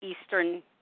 Eastern